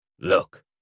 Look